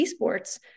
esports